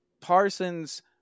Parsons